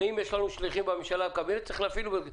ואם יש לנו שליחים בממשלה צריך להפעיל אותם.